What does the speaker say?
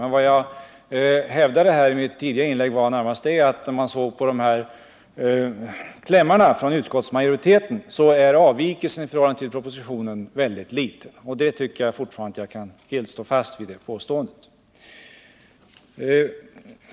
Men vad jag hävdade i mitt tidigare inlägg var närmast att utskottsmajoritetens klämmar i betänkandet ytterst litet avviker från propositionen. Det påståendet tycker jag fortfarande att jag helt kan stå fast vid.